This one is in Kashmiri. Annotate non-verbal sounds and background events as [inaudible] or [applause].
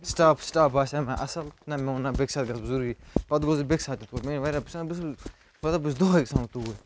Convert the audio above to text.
سِٹاف سِٹاف باسیٛو مےٚ اصٕل نَہ مےٚ وون نَہ بیٚیہِ ساتہٕ گژھہٕ بہٕ ضروٗری پتہٕ گوس بہٕ بیٚیہِ ساتہٕ تہِ تور مےٚ أنۍ واریاہ [unintelligible] مطلب بہٕ چھُس دۄہے گژھان توٗرۍ